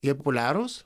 jie populiarūs